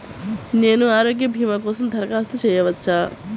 నేను ఆరోగ్య భీమా కోసం దరఖాస్తు చేయవచ్చా?